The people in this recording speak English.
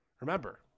Remember